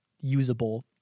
usable